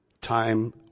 time